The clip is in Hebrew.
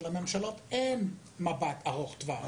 לממשלות אין מבט ארוך טווח.